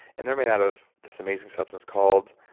and they're made out of this amazing substance called,